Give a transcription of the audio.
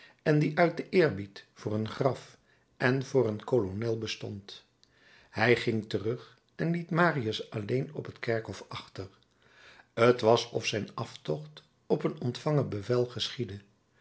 en die uit den eerbied voor een graf en voor een kolonel bestond hij ging terug en liet marius alleen op het kerkhof achter t was of zijn aftocht op een ontvangen bevel